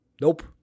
Nope